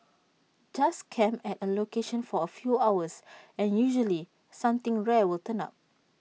just camp at A location for A few hours and usually something rare will turn up